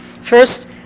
First